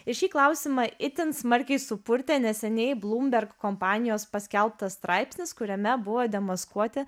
ir šį klausimą itin smarkiai supurtė neseniai bloomberg kompanijos paskelbtas straipsnis kuriame buvo demaskuoti